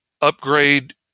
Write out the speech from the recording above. upgrade